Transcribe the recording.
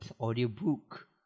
audiobook